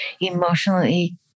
emotionally